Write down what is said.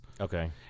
Okay